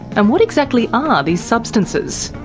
and what exactly are these substances?